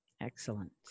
Excellent